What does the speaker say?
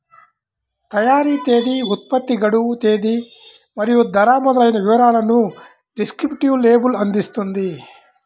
తయారీ తేదీ, ఉత్పత్తి గడువు తేదీ మరియు ధర మొదలైన వివరాలను డిస్క్రిప్టివ్ లేబుల్ అందిస్తుంది